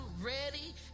ready